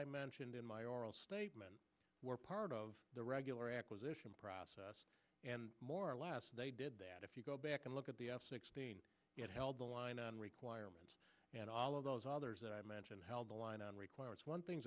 i mentioned in my oral statement were part of the regular acquisition process and more or less they did that if you go back and look at the it held the line on requirements and all of those others that i mentioned held the line on requirements one things